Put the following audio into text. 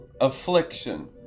affliction